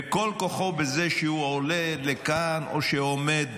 וכל כוחו בזה שהוא עולה לכאן או שהוא עומד